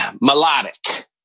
melodic